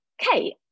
Kate